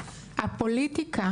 הפוליטיקה